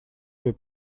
свой